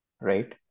right